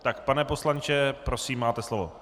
Tak pane poslanče, prosím, máte slovo.